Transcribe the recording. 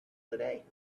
today